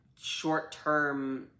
short-term